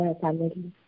family